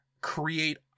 create